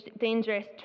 dangerous